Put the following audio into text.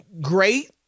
great